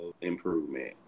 improvement